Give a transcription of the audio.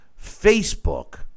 Facebook